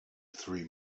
three